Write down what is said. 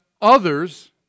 others